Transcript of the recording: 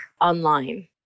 online